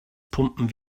pumpen